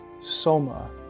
Soma